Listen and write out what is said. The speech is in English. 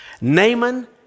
Naaman